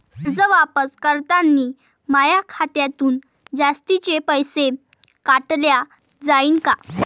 कर्ज वापस करतांनी माया खात्यातून जास्तीचे पैसे काटल्या जाईन का?